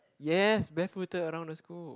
yes barefooted around the school